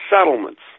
settlements